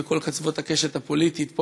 בכל קצוות הקשת הפוליטית פה,